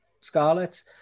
Scarlets